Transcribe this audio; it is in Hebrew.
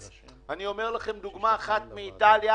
אני אומר לכם דוגמה אחת מאיטליה